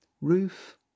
Roof